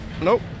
Nope